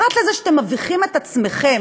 פרט לזה שאתם מביכים את עצמכם,